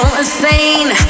insane